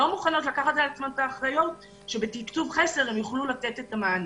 לא מוכנות לקחת על עצמן את האחריות שבתקצוב חסר הן יוכלו לתת את המענים.